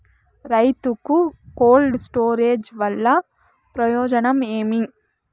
రైతుకు cold storage వల్ల ప్రయోజనం ఏమి?